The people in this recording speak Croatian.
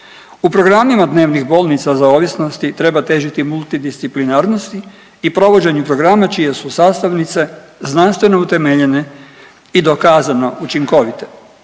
U programima dnevnih bolnica za ovisnosti treba težiti multidisciplinarnosti i provođenju programa čije su sastavnice znanstveno utemeljene i dokazano učinkovite.